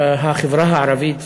החברה הערבית.